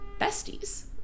besties